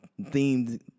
themed